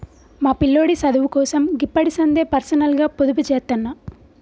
మా పిల్లోడి సదువుకోసం గిప్పడిసందే పర్సనల్గ పొదుపుజేత్తన్న